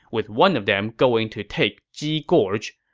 with one of them going to take ji gorge.